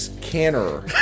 Canner